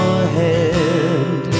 ahead